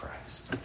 Christ